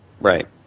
Right